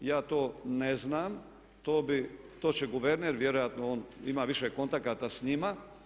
Ja to ne znam, to će guverner vjerojatno on ima više kontakata s njima.